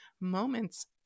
moments